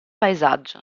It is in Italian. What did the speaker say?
paesaggio